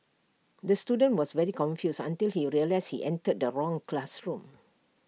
the student was very confused until he realised he entered the wrong classroom